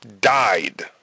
died